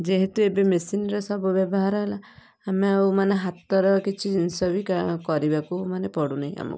ଯେହେତୁ ଏବେ ମେସିନର ସବୁ ବ୍ୟବହାର ହେଲା ଆମେ ଆଉ ମାନେ ହାତର କିଛି ଜିନଷ ବି କା କରିବାକୁ ମାନେ ପଡ଼ୁନାହିଁ ଆମକୁ